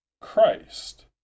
Christ